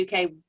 UK